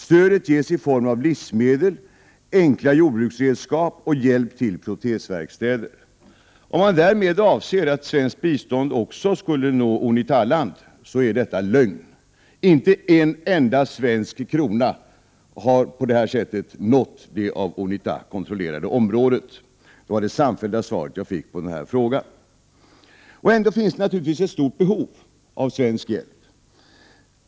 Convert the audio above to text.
Stödet ges i form av livsmedel, enkla jordbruksredskap och hjälp till protesverkstäder.” Om man därmed avser att svenskt bistånd också skulle nå Unitaland, är detta lögn. Inte en enda svensk krona har på detta sätt nått det av Unita kontrollerade området. Det var det samfällda svar jag fick på denna fråga. Ändå finns det naturligtvis ett stort behov av svensk hjälp.